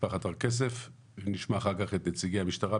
משפחת "הר כסף ונשמע אחר כך את נציגי המשטרה,